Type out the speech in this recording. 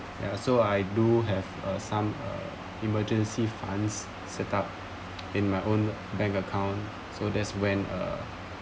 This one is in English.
so I do have uh some uh emergency funds setup in my own bank account so that's when a